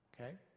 Okay